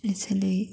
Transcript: इस्सै लेई